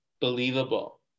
believable